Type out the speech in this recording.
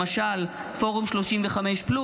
למשל פורום 35+,